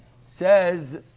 says